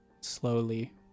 slowly